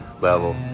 level